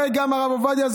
הרי גם הרב עובדיה,